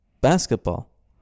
basketball